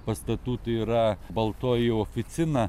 pastatų tai yra baltoji oficina